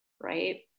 right